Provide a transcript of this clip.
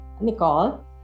nicole